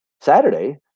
Saturday